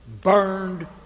burned